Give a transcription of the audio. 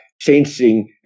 changing